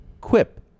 quip